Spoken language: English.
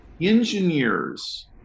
engineers